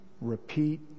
repeat